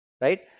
Right